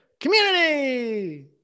community